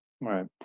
Right